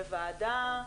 בוועדה,